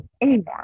anymore